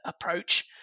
approach